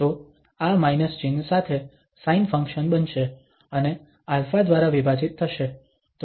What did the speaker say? તો આ માઇનસ ચિહ્ન સાથે સાઇન ફંક્શન બનશે અને α દ્વારા વિભાજિત થશે